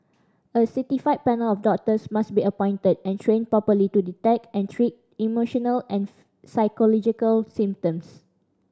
a certified panel of doctors must be appointed and trained properly to detect and treat emotional psychological symptoms